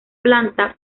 planta